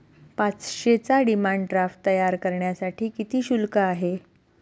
पाचशेचा demand draft तयार करण्यासाठी किती शुल्क आहे?